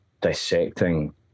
dissecting